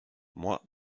moi